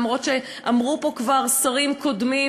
אף שאמרו פה כבר שרים קודמים,